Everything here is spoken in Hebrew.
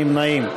אין נמנעים.